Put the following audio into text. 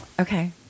Okay